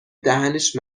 دهنش